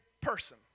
person